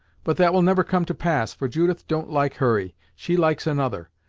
but that will never come to pass, for judith don't like hurry. she likes another,